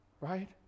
right